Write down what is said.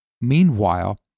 Meanwhile